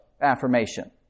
affirmation